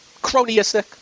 cronyistic